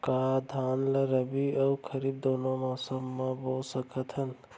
का धान ला रबि अऊ खरीफ दूनो मौसम मा बो सकत हन?